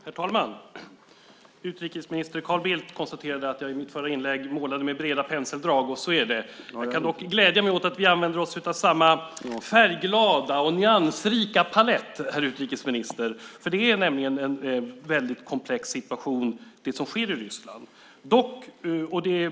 Herr talman! Utrikesminister Carl Bildt konstaterade att jag i mitt förra inlägg målade med breda penseldrag. Så är det. Jag kan dock glädja mig åt att vi använder oss av samma färgglada och nyansrika palett, herr utrikesminister. Det är nämligen en väldigt komplex situation i Ryssland.